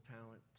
talent